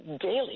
daily